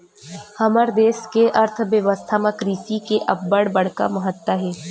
हमर देस के अर्थबेवस्था म कृषि के अब्बड़ बड़का महत्ता हे